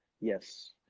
Yes